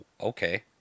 okay